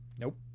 Nope